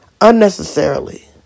Unnecessarily